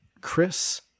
Chris